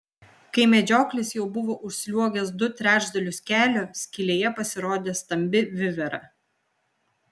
kai medžioklis jau buvo užsliuogęs du trečdalius kelio skylėje pasirodė stambi vivera